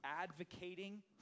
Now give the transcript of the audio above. advocating